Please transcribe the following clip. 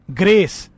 grace